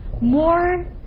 more